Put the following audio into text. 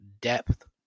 depth